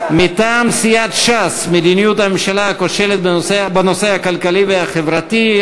מטעם סיעת ש"ס: מדיניות הממשלה הכושלת בנושא הכלכלי והחברתי.